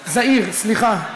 זעיר, סליחה.